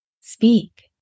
speak